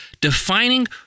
defining